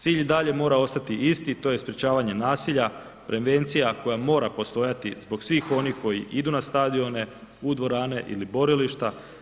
Cilj i dalje mora ostati isti, to je sprječavanje nasilja, prevencija koja mora postojati zbog svih onih koji idu na stadion, u dvorane ili borilišta.